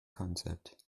concept